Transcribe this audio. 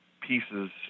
pieces